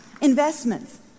investments